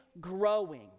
growing